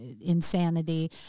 insanity